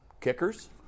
Kickers